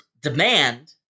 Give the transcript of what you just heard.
demand